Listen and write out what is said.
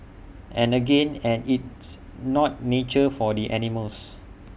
and again and it's not nature for the animals